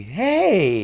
hey